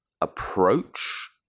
approach